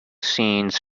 scenes